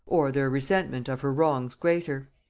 or their resentment of her wrongs greater.